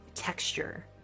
texture